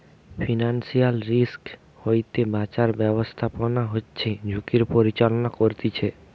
financial risk হইতে বাঁচার ব্যাবস্থাপনা হচ্ছে ঝুঁকির পরিচালনা করতিছে